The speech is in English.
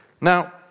Now